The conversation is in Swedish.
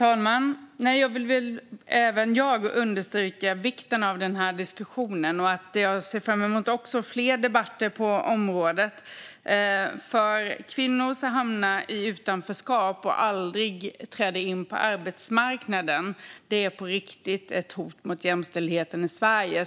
Herr talman! Även jag vill understryka vikten av den här diskussionen. Jag ser också fram emot fler debatter på området, för detta att kvinnor hamnar i utanförskap och aldrig träder in på arbetsmarknaden är på riktigt ett hot mot jämställdheten i Sverige.